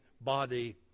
body